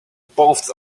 both